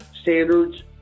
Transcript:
standards